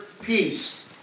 peace